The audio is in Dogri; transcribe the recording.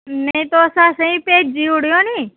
नेईं तुस असेंगी भेजी ओड़ेओ निं